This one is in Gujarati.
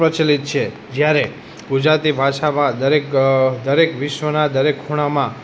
પ્રચલિત છે જયારે ગુજરાતી ભાષામાં દરેક દરેક વિશ્વના દરેક ખૂણામાં